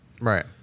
Right